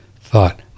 thought